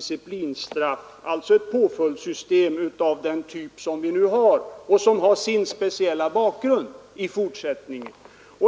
statstjänstemän, alltså ett påföljdssystem av den nuvarande typen, som har sin speciella bakgrund.